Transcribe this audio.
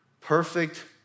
perfect